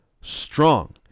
strong